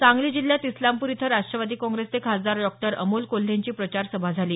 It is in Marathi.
सांगली जिल्ह्यात इस्लामपूर इथं राष्ट्रवादी कोंग्रेसचे खासदार डॉक्टर अमोल कोल्हेंची प्रचार सभा झाली